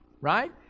right